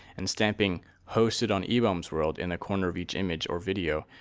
and stamping hosted on ebaumsworld in the corner of each image or video,